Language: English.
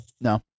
No